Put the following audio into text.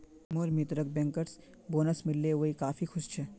मोर मित्रक bankers bonus मिल ले वइ काफी खुश छ